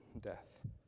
death